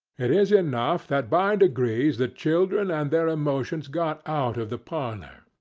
it is enough that by degrees the children and their emotions got out of the parlour,